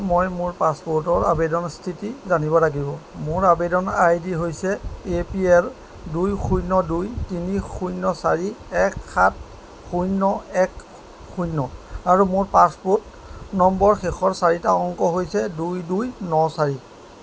মই মোৰ পাছপোৰ্টৰ আবেদন স্থিতি জানিব লাগিব মোৰ আবেদন আইডি হৈছে এ পি এল দুই শূন্য দুই তিনি শূন্য চাৰি এক সাত শূন্য এক শূন্য আৰু মোৰ পাছপোৰ্ট নম্বৰৰ শেষৰ চাৰিটা অংক হৈছে দুই দুই ন চাৰি